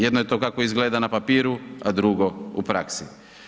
Jedno je to kako izgleda na papiru, a drugo u praksi.